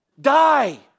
Die